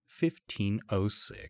1506